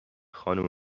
خانم